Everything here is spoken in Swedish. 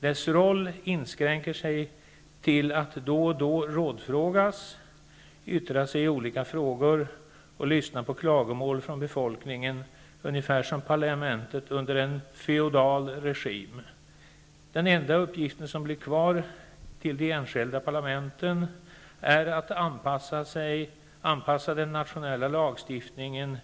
Dess roll inskränker sig till att då och då rådfrågas, yttra sig i olika frågor och lyssna på klagomål från befolkningen; ungefär som parlamentet under en feodal regim. Den enda uppgiften som blir kvar till de enskilda parlamenten är att anpassa den nationella lagstiftningen